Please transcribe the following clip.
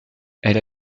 elle